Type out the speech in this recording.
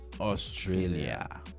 Australia